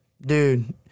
dude